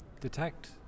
detect